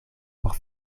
por